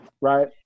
Right